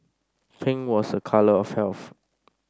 pink was a colour of health